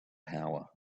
power